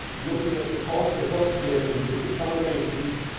looking at the cost of health care in different combinations,